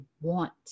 want